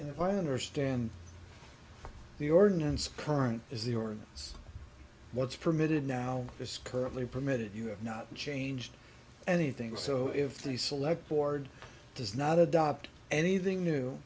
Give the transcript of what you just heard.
and if i understand the ordinance current is the ordinance what's permitted now is currently permitted you have not changed anything so if the select board does not adopt anything new